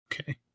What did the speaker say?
Okay